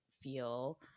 feel